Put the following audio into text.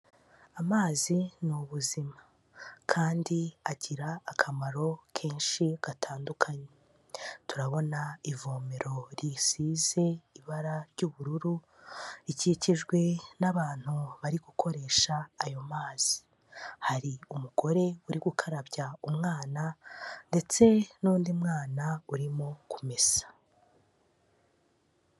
Amazi ni ubuzima. Kandi agira akamaro kenshi gatandukanye. Turabona ivomero risize ibara ry'ubururu, rikikijwe n'abantu bari gukoresha ayo mazi. Hari umugore uri gukarabya umwana, ndetse n'undi mwana urimo kumesa.